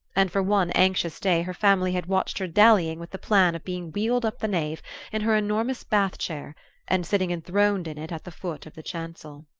and for one anxious day her family had watched her dallying with the plan of being wheeled up the nave in her enormous bath chair and sitting enthroned in it at the foot of the chancel.